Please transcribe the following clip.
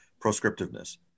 proscriptiveness